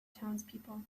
townspeople